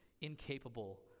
incapable